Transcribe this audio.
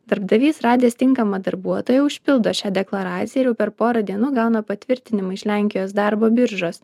darbdavys radęs tinkamą darbuotoją užpildo šią deklaraciją ir jau per porą dienų gauna patvirtinimą iš lenkijos darbo biržos